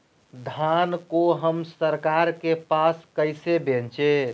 धान को हम सरकार के पास कैसे बेंचे?